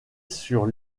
sur